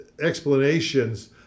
explanations